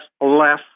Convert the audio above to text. less